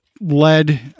led